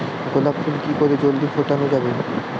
গোলাপ ফুল কি করে জলদি ফোটানো যাবে?